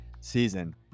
season